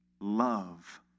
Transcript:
Love